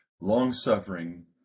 long-suffering